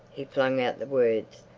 he flung out the words,